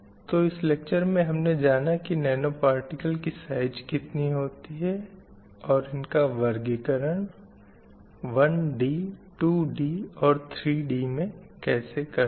तो इस लेक्चर में हमने जाना कि नैनो पार्टिकल की साइज़ कितनी होती है और इनका वर्गीकरण 1 D 2D और 3 D में करते हैं